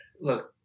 Look